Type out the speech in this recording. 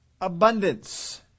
abundance